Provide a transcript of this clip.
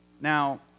Now